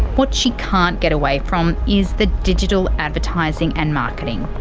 what she can't get away from is the digital advertising and marketing.